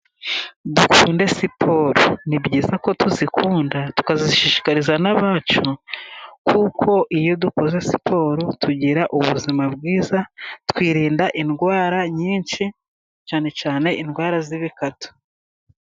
Dukunde siporo, ni byiza ko tuzikunda tukazishishikariza n'abacu, kuko iyo dukoze siporo tugira ubuzima bwiza twirinda indwara nyinshi, cyane cyane indwara z'ibikatu.